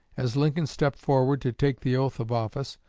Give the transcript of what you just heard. as lincoln stepped forward to take the oath of office,